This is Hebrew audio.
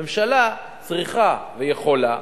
הממשלה צריכה ויכולה,